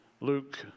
Luke